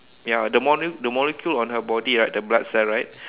ya the mole~ the molecule on her body right the blood cell right